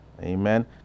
Amen